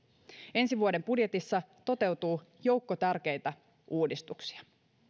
ensi vuoden budjetissa toteutuu joukko tärkeitä uudistuksia